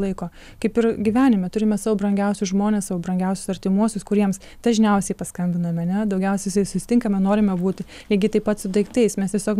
laiko kaip ir gyvenime turime savo brangiausius žmones savo brangiausius artimuosius kuriems dažniausiai paskambinam ane daugiausiai su jais susitinkam ir norime būti lygiai taip pat su daiktais mes tiesiog